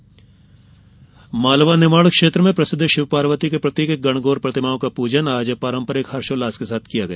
गणगौर पूजा मालवा निमाड़ क्षेत्र में प्रसिद्ध शिव पार्वती के प्रतीक गणगोर प्रतिमाओं का पूजन आज पारंपरिक हर्षोल्लास के साथ किया गया